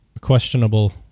questionable